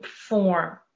form